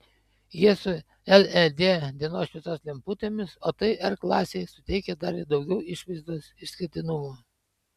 jie su led dienos šviesos lemputėmis o tai r klasei suteikia dar daugiau išvaizdos išskirtinumo